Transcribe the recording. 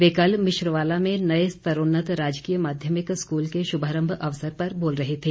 वे कल मिश्रवाला में नए स्तरोन्नत राजकीय माध्यमिक स्कूल के शुभारंभ अवसर पर बोल रहे थे